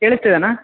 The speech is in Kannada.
ಕೇಳಿಸ್ತಿದೇನಾ